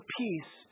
peace